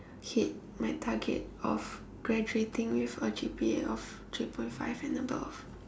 hit my target of graduating with a G_P_A of three point five and above